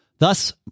Thus